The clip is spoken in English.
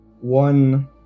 one